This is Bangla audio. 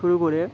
শুরু করে